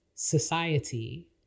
society